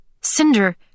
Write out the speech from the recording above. Cinder